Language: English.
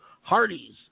Hardee's